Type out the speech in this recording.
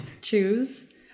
choose